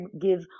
give